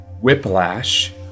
whiplash